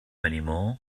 anymore